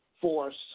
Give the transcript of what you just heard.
Force